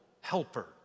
helper